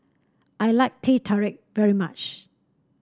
I like Teh Tarik very much